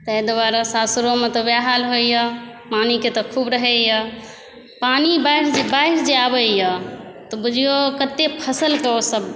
ताहि दुआरे सासुरोमे तऽ वएह हाल होइया पानिके तऽ खुब रहैया पानि बाढ़ि जे आबैया तऽ बुझिऔ कते फसलके ओ सब